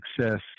success